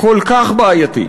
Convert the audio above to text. כל כך בעייתי,